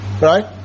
Right